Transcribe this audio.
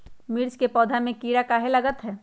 मिर्च के पौधा में किरा कहे लगतहै?